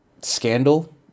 scandal